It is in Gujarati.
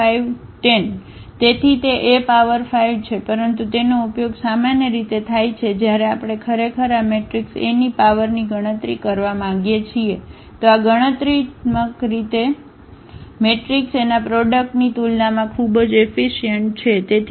5 10 તેથી તે A પાવર 5 છે પરંતુ તેનો ઉપયોગ સામાન્ય રીતે થાય છે જ્યારે આપણે ખરેખર આ મેટ્રિક્સ A ની પાવરની ગણતરી કરવા માંગીએ છીએ તો આ ગણતરીત્મક રીતે મેટ્રિકિસ એનાં પ્રોડક્ટ ની તુલનામાં ખૂબ જ એફીશીઅન્ટ છે